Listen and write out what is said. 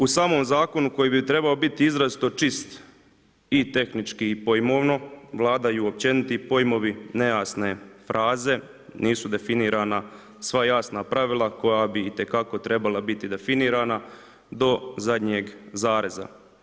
U samom Zakonu koji bi trebao izrazito čist i tehnički i pojmovno, vladaju općeniti pojmovi, nejasne fraze, nisu definirana sva jasna pravila koja bi itekako trebala biti definirana do zadnje zareza.